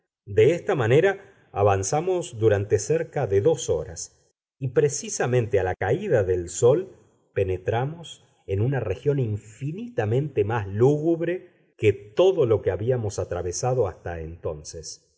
de esta manera avanzamos durante cerca de dos horas y precisamente a la caída del sol penetramos en una región infinitamente más lúgubre que todo lo que habíamos atravesado hasta entonces